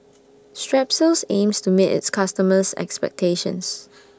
Strepsils aims to meet its customers' expectations